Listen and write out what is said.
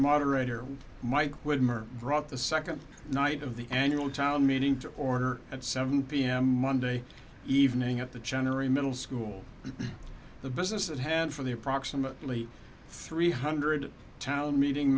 murder brought the second night of the annual town meeting to order at seven pm monday evening at the general middle school the business at hand for the approximately three hundred town meeting